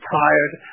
tired